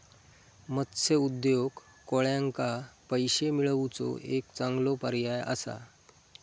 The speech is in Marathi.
मत्स्य उद्योग कोळ्यांका पैशे मिळवुचो एक चांगलो पर्याय असा